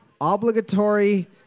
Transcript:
obligatory